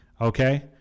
Okay